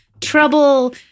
trouble